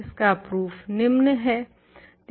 इसका प्रूफ निम्न है